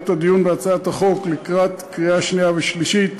את הדיון בהצעת החוק לקראת הקריאה השנייה והשלישית